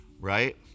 Right